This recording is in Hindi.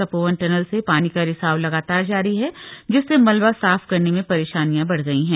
तपोवन टनल से पानी का रिसाव लगातार जारी है जिससे मलबा साफ करने में परेशानियां बढ़ गई हैं